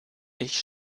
ich